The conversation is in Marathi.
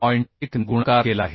1 ने गुणाकार केला आहे